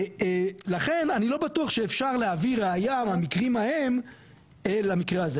ולכן אני לא בטוח שאפשר להביא ראיה מהמקרים ההם למקרה הזה,